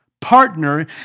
partner